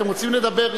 אתם רוצים לדבר?